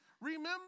Remember